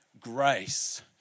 Grace